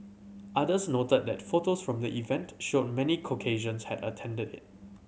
others noted that photos from the event showed many Caucasians had attended it